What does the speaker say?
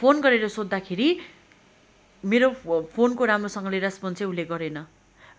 phone गरेर सोध्दाखेरि मेरो फोनको राम्रोसँगले रस्पोन्सै उसले गरेन